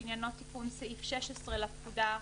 שעניינו תיקון סעיף 16 לפקודה,